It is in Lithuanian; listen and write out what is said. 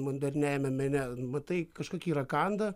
moderniajame mene matai kažkokį rakandą